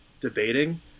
debating